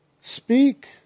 speak